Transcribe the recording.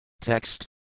Text